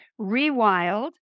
rewild